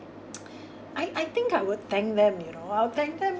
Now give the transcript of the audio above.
I I think I would thank them you know I'll thank them